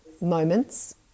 moments